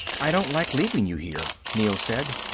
i don't like leaving you here, neel said.